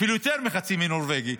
אפילו יותר מחצי נורבגיים.